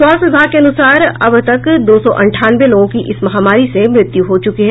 स्वास्थ्य विभाग के अनुसार अब तक दो सौ अंठानवे लोगों की इस महामारी से मृत्यु हो चुकी है